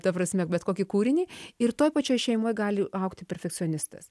ta prasme bet kokį kūrinį ir toj pačioj šeimoj gali augti perfekcionistas